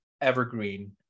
evergreen